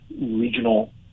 regional